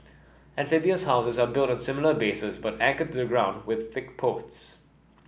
amphibious houses are built on similar bases but anchored the ground with thick posts